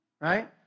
right